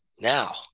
Now